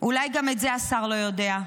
אולי גם את זה השר לא יודע,